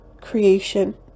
Creation